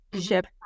ship